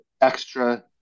extra